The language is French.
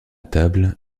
table